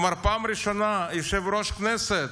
כלומר בפעם ראשונה יושב-ראש הכנסת,